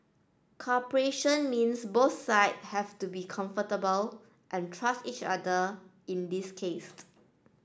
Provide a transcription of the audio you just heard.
cooperation means both side have to be comfortable and trust each other in this case